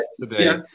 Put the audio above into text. Today